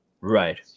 right